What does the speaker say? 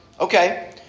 Okay